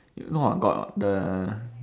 no [what] got the